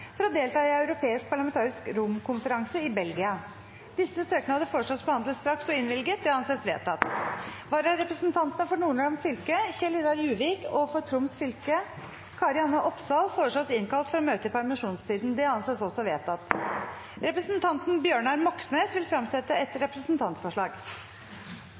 for å delta i europeisk parlamentarisk romkonferanse i Belgia Etter forslag fra presidenten ble enstemmig besluttet: Søknadene behandles straks og innvilges. Vararepresentantene, for Nordland fylke Kjell-Idar Juvik , og for Troms fylke Kari-Anne Opsal, innkalles for å møte i permisjonstiden. Representanten Bjørnar Moxnes vil fremsette et